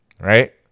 right